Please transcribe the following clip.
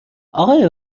آقای